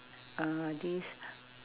uh this